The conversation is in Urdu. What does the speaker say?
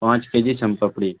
پانچ کے جی سون پپڑی